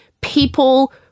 people